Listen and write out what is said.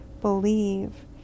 believe